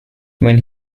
when